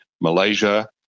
Malaysia